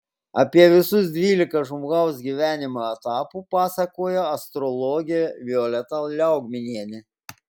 apie visus dvylika žmogaus gyvenimo etapų pasakoja astrologė violeta liaugminienė